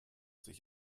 sich